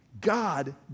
God